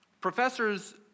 professors